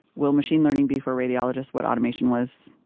will machine learning be for radiologists what automation was,